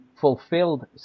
fulfilled